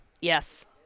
Yes